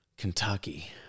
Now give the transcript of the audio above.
Kentucky